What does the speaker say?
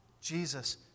Jesus